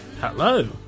Hello